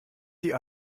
die